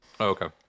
okay